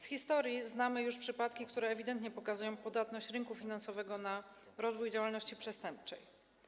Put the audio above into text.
Z historii znamy już przypadki, które ewidentnie pokazują podatność rynku finansowego na rozwój działalności przestępczej.